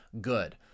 good